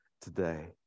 today